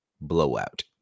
Blowout